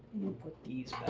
we'll put these